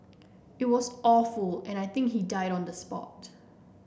it was awful and I think he died on the spot